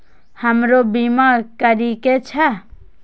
हमरो बीमा करीके छः?